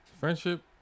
Friendship